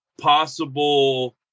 Possible